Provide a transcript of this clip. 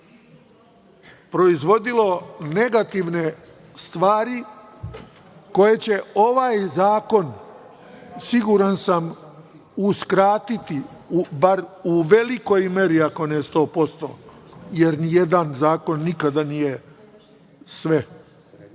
proizvodilo negativne stvari koje će ovaj zakon, siguran uskratiti bar u velikoj meri, ako ne 100%, jer nijedan zakon nikada nije sve